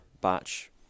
batch